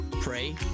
pray